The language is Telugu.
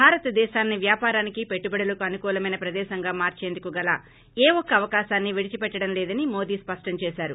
భారతదేశాన్ని వ్యాపారానికి పెట్టుబడులకు అనుకూలమైన ప్రదేశంగా మార్చేందుకు గల ఏ ఒక్క అవకాశాన్ని విడిచిపెట్లడంలేదని మోదీ స్పష్టంచేశారు